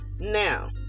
now